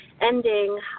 ending